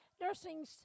nursing